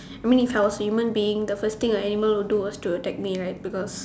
I mean if I was a human being the first thing a animal would do is to attack me right because